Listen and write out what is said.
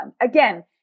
Again